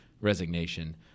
resignation